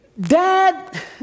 dad